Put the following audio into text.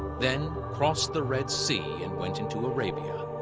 then crossed the red sea and went into arabia,